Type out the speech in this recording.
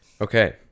Okay